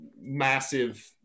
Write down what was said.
massive